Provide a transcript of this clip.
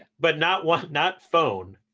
but not one not phone,